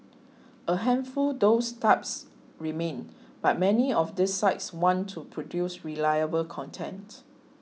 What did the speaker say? a handful those types remain but many of these sites want to produce reliable content